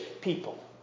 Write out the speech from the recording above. people